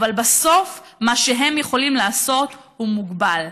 אבל בסוף מה שהם יכולים לעשות הוא מוגבל.